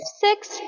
six